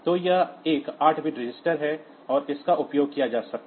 तो यह एक 8 बिट रजिस्टर है और इसका उपयोग किया जा सकता है